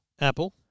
Apple